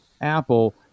apple